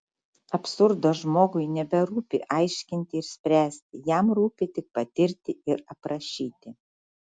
absurdo žmogui neberūpi aiškinti ir spręsti jam rūpi tik patirti ir aprašyti